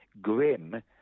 grim